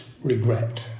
regret